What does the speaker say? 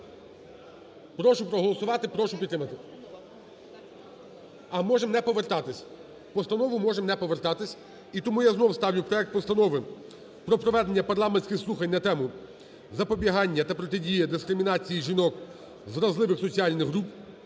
Прошу проголосувати, прошу підтримати. А можемо не повертатись, постанову можемо не повертатись. І тому я знову ставлю проект Постанови про проведення парламентських слухань на тему: "Запобігання та протидія дискримінації жінок вразливих соціальних груп"